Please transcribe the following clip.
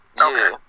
Okay